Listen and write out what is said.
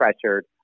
pressured